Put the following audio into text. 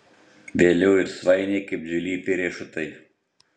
vėliau ir svainiai kaip dvilypiai riešutai